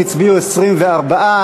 תודה, חבר הכנסת